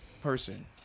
person